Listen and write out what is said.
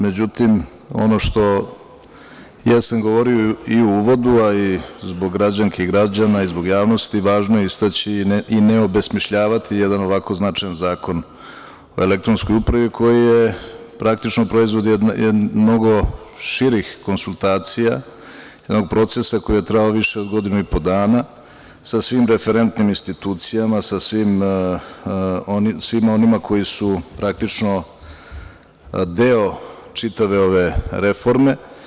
Međutim, ono što jesam govorio i u uvodu, a i zbog građanki i građana i zbog javnosti, važno je istaći i neobesmišljavati jedan ovako značajan Zakon o elektronskoj upravi, koji je praktično proizvod mnogo širih konsultacija, jednog procesa koji je trajao do godinu i po dana, sa svim referentnim institucijama, svima onima koji su praktično deo čitave ove reforme.